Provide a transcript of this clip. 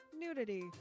nudity